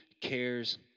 cares